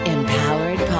Empowered